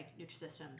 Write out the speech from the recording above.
Nutrisystem